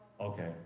Okay